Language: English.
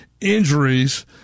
injuries